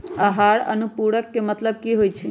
आहार अनुपूरक के मतलब की होइ छई?